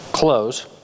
close